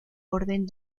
orden